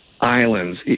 islands